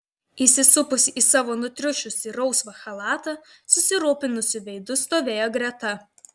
įsisupusi į savo nutriušusį rausvą chalatą susirūpinusiu veidu stovėjo greta